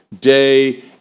day